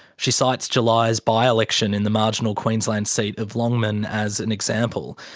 she cites july's by-election in the marginal queensland seat of longman as an example.